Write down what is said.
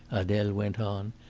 adele went on,